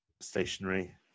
stationary